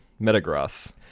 Metagross